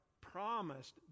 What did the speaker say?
promised